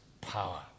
power